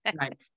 Right